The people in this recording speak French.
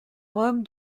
rome